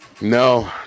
No